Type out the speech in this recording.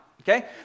Okay